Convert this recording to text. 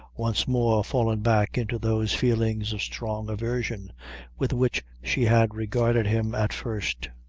once more fallen back into those feelings of strong aversion with which she had regarded him at first.